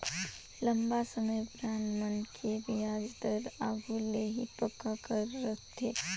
लंबा समे बांड मन के बियाज दर आघु ले ही पक्का कर रथें